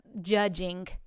judging